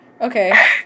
Okay